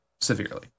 Severely